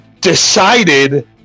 decided